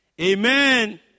Amen